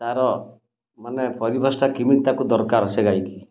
ତା'ର ମାନେ ପରିବେଶଟା କେମିତ ତାକୁ ଦରକାର ସେ ଗାଈ କି